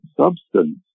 substance